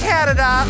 Canada